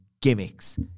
gimmicks